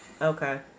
Okay